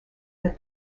that